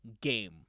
game